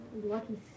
Lucky